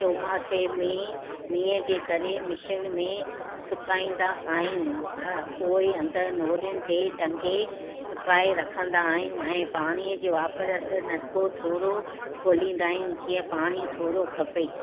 चौमासे में मींहं जे करे मिशीन में सुकाईंदा आहियूं पोइ अंदरि नोरिन ते टंगे सुकाए रखंदा आहियूं ऐं पाणीअ जे वापरसि नलको थोरो खोलींदा आहियूं जीअं पाणी थोरो खपे